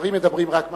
שרים מדברים רק מהבמה.